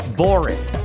boring